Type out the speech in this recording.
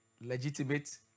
legitimate